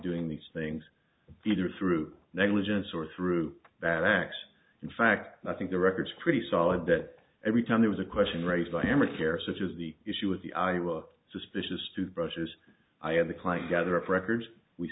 doing these things either through negligence or through bad acts in fact i think the records pretty solid that every time there was a question raised by him or care such as the issue of the iraq suspicious toothbrushes i had the client gather up records we